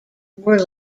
were